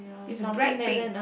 it's bright pink